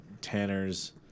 Tanner's